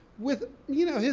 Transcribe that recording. with you know, his,